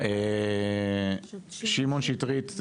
שמעון שטרית,